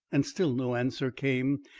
and still no answer came,